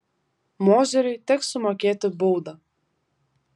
mozeriui teks sumokėti baudą